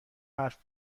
حرف